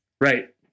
Right